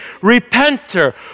repenter